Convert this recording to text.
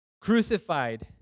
crucified